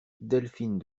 delphine